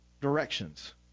directions